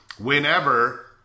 Whenever